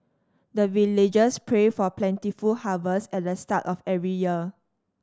the villagers pray for plentiful harvest at the start of every year